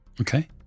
Okay